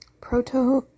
proto